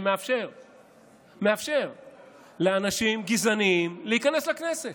שמאפשר לאנשים גזעניים להיכנס לכנסת,